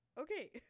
okay